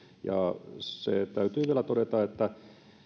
ja se täytyy vielä todeta että